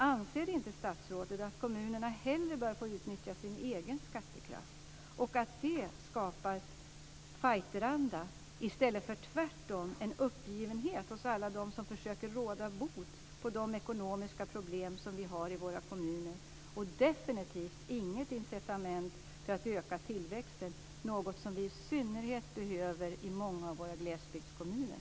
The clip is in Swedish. Anser inte statsrådet att kommunerna hellre bör få utnyttja sin egen skattekraft och att det skapar fighteranda, i stället för tvärtom, en uppgivenhet hos alla dem som försöker råda bot på de ekonomiska problem som vi har i våra kommuner? Det är definitivt inget incitament för att öka tillväxten - något som vi behöver i synnerhet i många av våra glesbygdskommuner.